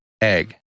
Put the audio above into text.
egg